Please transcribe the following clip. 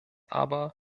aber